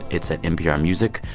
it's at npr music.